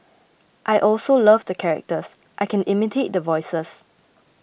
I also love the characters I can imitate the voices